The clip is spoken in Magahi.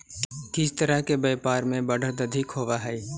किस तरह के व्यापार में बढ़त अधिक होवअ हई